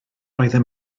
oeddem